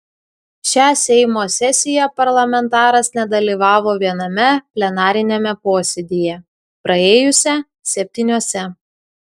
šią seimo sesiją parlamentaras nedalyvavo viename plenariniame posėdyje praėjusią septyniuose